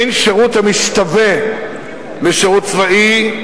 אין שירות המשתווה לשירות צבאי,